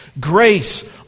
Grace